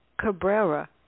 Cabrera